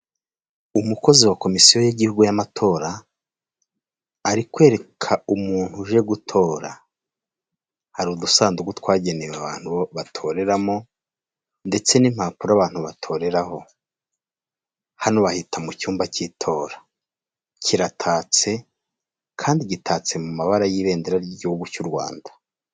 Umukozi wa komisiyo y'igihugu y'amatora, ari kwereka umuntu uje gutora, hari udusanduku twagenewe abantu batoreramo ndetse n'impapuro abantu batoreraho, hano bahita mu cyumba cy'itora, kiratatse kandi gitatse mu mabara y'ibendera ry'igihugu cy'u Rwanda.